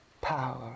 power